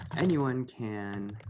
anyone can